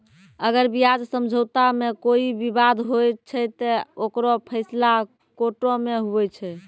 अगर ब्याज समझौता मे कोई बिबाद होय छै ते ओकरो फैसला कोटो मे हुवै छै